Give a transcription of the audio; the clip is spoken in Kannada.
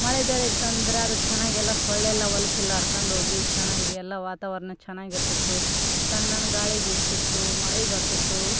ಮಳೆ ಬೆಳೆ ಇತ್ತಂದ್ರೆ ಅದು ಚೆನ್ನಾಗೆಲ್ಲ ಸೊಳ್ಳೆಯೆಲ್ಲ ಹೊಲ್ಸು ಎಲ್ಲ ಹರ್ಕಂಡೋಗಿ ಚೆನ್ನಾಗಿ ಎಲ್ಲ ವಾತಾವರ್ಣ ಚೆನ್ನಾಗಿ ಇರ್ತಿತ್ತು ತಣ್ಣನೆ ಗಾಳಿ ಬೀಸ್ತಿತ್ತು ಮಳೆ ಬರ್ತಿತ್ತು